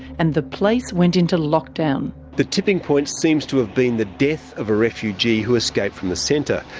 and the place went into lockdown. the tipping point seems to have been the death of a refugee who escaped from the centre.